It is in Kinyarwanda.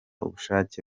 ubushake